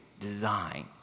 design